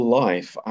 life